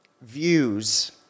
views